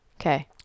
Okay